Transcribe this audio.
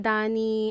Dani